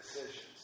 decisions